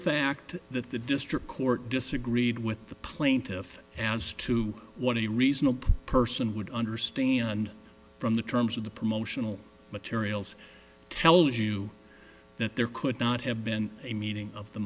fact that the district court disagreed with the plaintiff as to what a reasonable person would understand from the terms of the promotional materials tells you that there could not have been a meeting of the